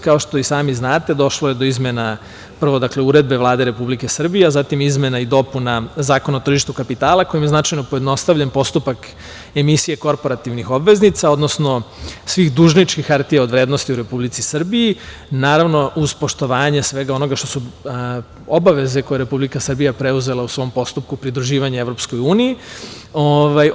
Kao što i sami znate, došlo je do izmena prvo uredbe Vlade Republike Srbije, a zatim izmena i dopuna Zakona o tržištu kapitala, kojim je značajno pojednostavljen postupak emisije korporativnih obveznica, odnosno svih dužničkih hartija od vrednosti u Republici Srbiji, naravno, uz poštovanje svega onoga što su obaveze koje je Republika Srbija preuzela u svom postupku pridruživanja Evropskoj uniji.